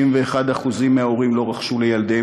61% מההורים לא רכשו לילדיהם